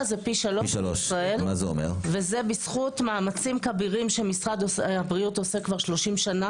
זה בזכות מאמצים כבירים שמשרד הבריאות עושה כבר שלושים שנה